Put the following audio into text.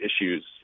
issues